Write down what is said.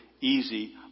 easy